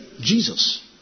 Jesus